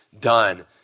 done